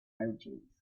merchants